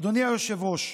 אדוני היושב-ראש,